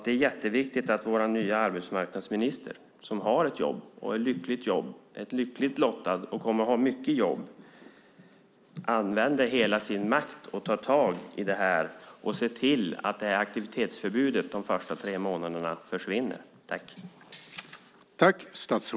Det är viktigt att vår nya arbetsmarknadsminister som är lyckligt lottad och har ett jobb använder hela sin makt för att se till att aktivitetsförbudet de första tre månaderna försvinner.